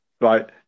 Right